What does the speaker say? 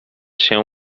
się